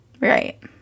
Right